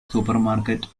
supermarket